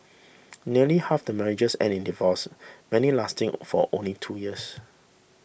nearly half the marriages end in divorce many lasting for only two years